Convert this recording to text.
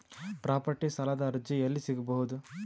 Property ಸಾಲದ ಅರ್ಜಿ ಎಲ್ಲಿ ಸಿಗಬಹುದು?